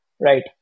right